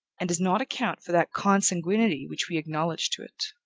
and does not account for that consanguinity which we acknowledge to it.